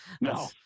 no